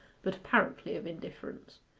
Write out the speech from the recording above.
but apparently of indifference.